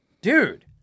dude